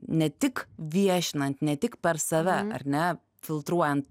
ne tik viešinant ne tik per save ar ne filtruojant